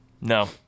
No